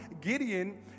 Gideon